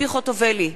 ציפי חוטובלי,